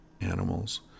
animals